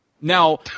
Now